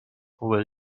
will